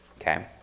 okay